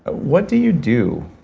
ah what do you do?